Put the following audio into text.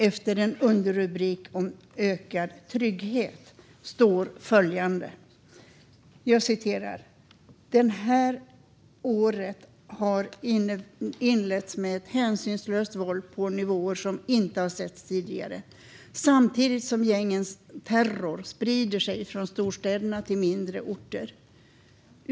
Efter en underrubrik om ökad trygghet står det följande: "Det här året har inletts med ett hänsynslöst våld på nivåer som inte har setts tidigare, samtidigt som gängens terror sprider sig från storstäderna till mindre orter.